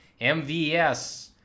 MVS